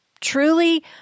truly